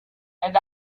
and